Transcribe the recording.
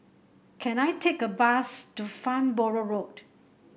can I take a bus to Farnborough Road